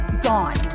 gone